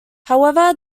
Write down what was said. however